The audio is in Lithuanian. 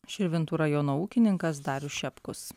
širvintų rajono ūkininkas darius šepkus